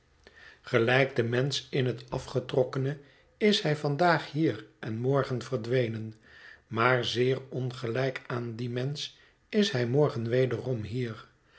gelijk de mensch in het afgetrokkene is hij vandaag hier en morgen verdwenen maar zeer ongelijk aan dien mensch is hij morgen wederom hier